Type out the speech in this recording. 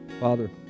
Father